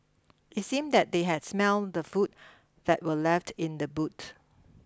it seemed that they had smelt the food that were left in the boot